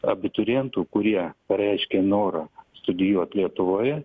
abiturientų kurie pareiškė norą studijuot lietuvoje